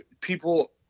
people